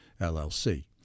LLC